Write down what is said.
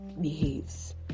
behaves